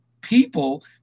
people